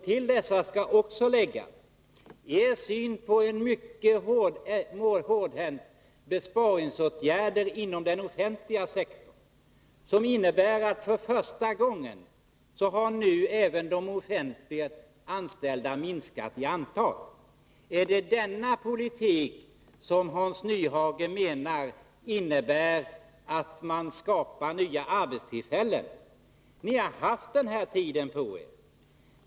Till detta skall också läggas er syn på mycket hårdhänta besparingsåtgärder inom den offentliga sektorn som innebär att även antalet offentliganställda för första gången har minskat. Är det denna politik som enligt Hans Nyhages mening innebär att man skapar nya arbetstillfällen? Ni har haft den tid jag här nämnde på er.